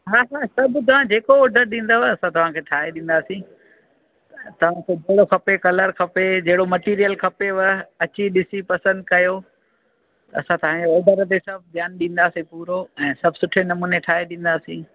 हा असां बुधो आहे तव्हां जेको ऑडर ॾींदव असां तव्हांखे ठाहे ॾींदासीं तव्हांखे थुल्हो खपे कलर खपे जहिड़ो मटिरियल खपेव अची ॾिसी पसंदि कयो असां तव्हांजे ऑडर ते सभु ध्यानु ॾींदासीं पूरो ऐं सभु सुठे नमूने ठाहे ॾींदासीं